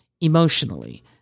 emotionally